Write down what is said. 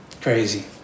Crazy